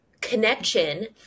connection